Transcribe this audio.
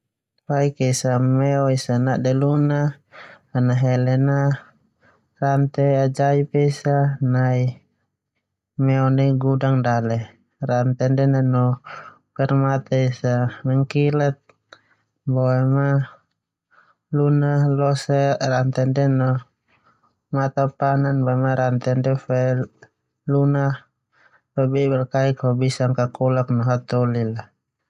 Faik esa meo nade luna ana hele na rantai ajain esa nai ndia gudang dale. Rantai ndia nanu permata mengkilat boema luna losen rantai ndia neu mata panan boema rantai ndia fe luna kekuatan ho bisa kokolak no hataholi la.